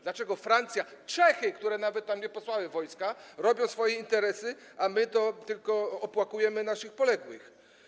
Dlaczego Francja, Czechy, które nawet tam nie posłały wojska, robią swoje interesy, a my to tylko opłakujemy naszych poległych?